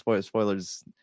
spoilers